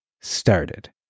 started